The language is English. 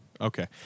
Okay